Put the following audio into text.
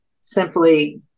simply